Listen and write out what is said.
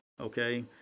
okay